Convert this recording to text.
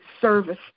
service